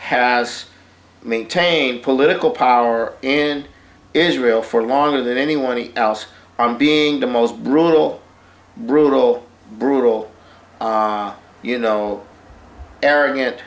has maintained political power in israel for longer than anyone else from being the most brutal brutal brutal you know erin